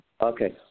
Okay